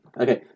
Okay